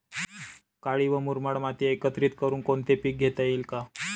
काळी व मुरमाड माती एकत्रित करुन कोणते पीक घेता येईल का?